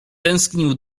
tęsknił